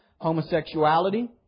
homosexuality